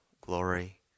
glory